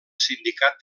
sindicat